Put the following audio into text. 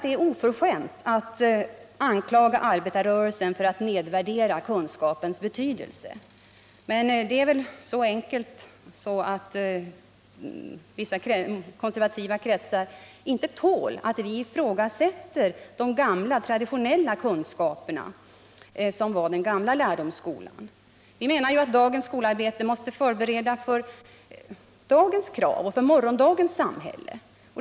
Det är oförskämt att anklaga arbetarröreisen för att nedvärdera kunskapens betydelse. Men det är väl så enkelt att man i vissa konservativa kretsar inte tål att vi ifrågasätter den traditionella lärdomsskolans kunskapsideal. Vi anser att skolarbetet måste förbereda ungdomarna för att klara dagens krav och morgondagens samhälle.